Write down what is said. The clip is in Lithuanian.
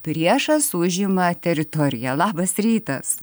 priešas užima teritoriją labas rytas